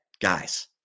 guys